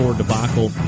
debacle